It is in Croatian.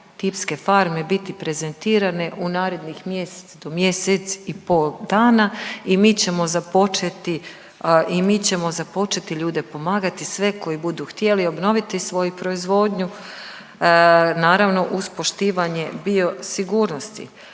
tipske farme biti prezentirane u narednih mjesec do mjesec i pol dana i mi ćemo započeti i mi ćemo započeti ljude pomagati, sve koji budu htjeli obnoviti svoju proizvodnju, naravno uz poštivanje biosigurnosti.